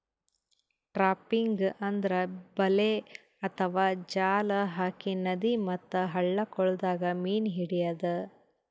trapping ಅಂದ್ರ ಬಲೆ ಅಥವಾ ಜಾಲ್ ಹಾಕಿ ನದಿ ಮತ್ತ್ ಹಳ್ಳ ಕೊಳ್ಳದಾಗ್ ಮೀನ್ ಹಿಡ್ಯದ್